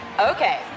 Okay